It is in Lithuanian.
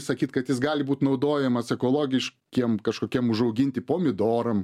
sakyt kad jis gali būt naudojamas ekologiškiem kažkokiem užauginti pomidoram